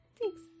thanks